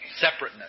Separateness